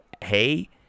hey